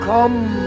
Come